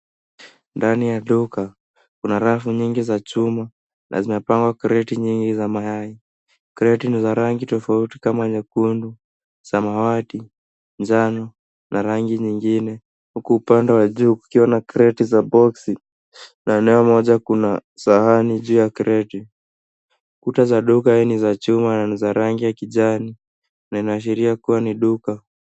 Ndani ya duka, kuna rafu nyingi za chuma na zimepangwa kreti nyingi za mayai. Kreti ni za rangi tofauti kama nyekundu, samawati, jano na rangi nyingine. Huku upande wa juu kukiwa na kreti za box .Na eneo moja kuna sahani juu ya kreti. Kuta za duka hii ni za chuma na ni za rangi ya kijani na inaashiria kuwa ni duka.